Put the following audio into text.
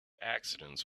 accidents